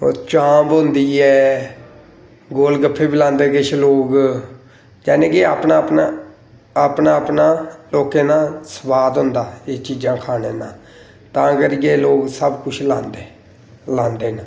और चांप होंदी ऐ गोलगप्पे बी लांदे किश लोग जानी के अपना अपना अपना अपना लोकें दा सुआद होंदा एह् चीजां खाने दा तां करियै लोक सबकिश लांदे लांदे ना